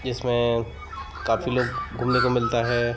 जिसमें काफ़ी लोग घूमने को मिलता है